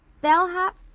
Bellhop